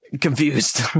confused